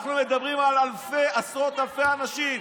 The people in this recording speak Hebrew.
אנחנו מדברים על עשרות אלפי אנשים.